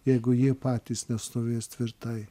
jeigu jie patys nestovės tvirtai